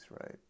right